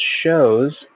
shows